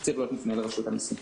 זה צריך להיות מופנה לרשות המסים.